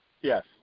yes